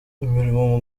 imirimo